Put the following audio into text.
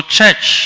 church